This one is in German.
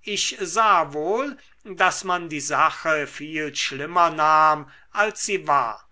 ich sah wohl daß man die sache viel schlimmer nahm als sie war